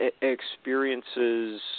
experiences